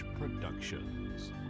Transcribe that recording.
Productions